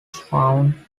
found